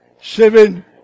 seven